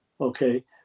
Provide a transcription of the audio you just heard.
Okay